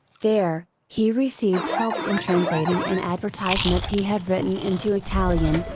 there, he received help in translating an advertisement he had written into italian,